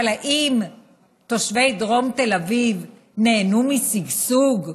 אבל האם תושבי דרום תל אביב נהנו משגשוג?